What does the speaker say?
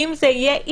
אם זה יהיה אי,